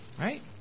Right